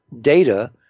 data